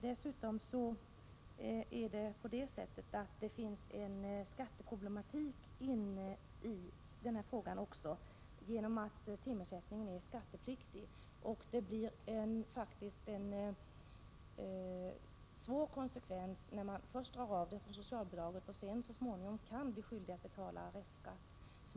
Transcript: Dessutom finns en skatteproblematik i den här frågan genom att timersättningen är skattepliktig. Det blir en svår konsekvens när man först drar av timersättningen från socialbidraget och dessutom så småningom kan bli skyldig att betala restskatt.